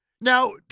Now